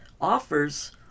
offers